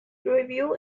review